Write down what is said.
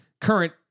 current